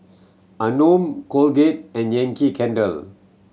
Anmum Colgate and Yankee Candle